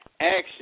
action